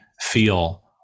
feel